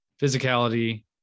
physicality